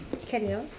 carry on